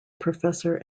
professor